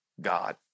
God